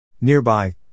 Nearby